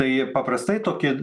tai paprastai tokie